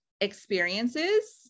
experiences